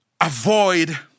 avoid